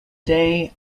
day